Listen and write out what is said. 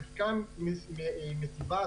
חקיקה היא כופה מטבעה,